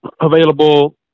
available